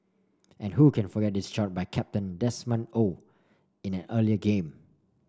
and who can forget this shot by captain Desmond Oh in an earlier game